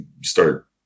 start